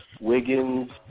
Wiggins